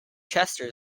chester